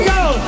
go